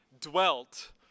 dwelt